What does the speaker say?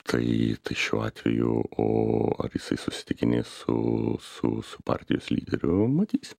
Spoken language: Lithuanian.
tai šiuo atveju o ar jisai susitikinės su su su partijos lyderiu matys